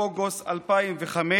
באוגוסט 2005,